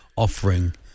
offering